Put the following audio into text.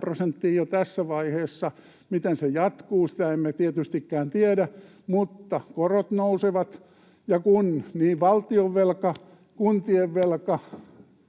prosenttiin jo tässä vaiheessa. Miten se jatkuu, sitä emme tietystikään tiedä, mutta korot nousevat ja kun niin valtionvelka ja kuntien velka